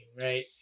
right